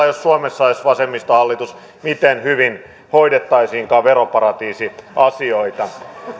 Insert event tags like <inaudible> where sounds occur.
<unintelligible> jos suomessa olisi vasemmistohallitus miten hyvin hoidettaisiinkaan veroparatiisiasioita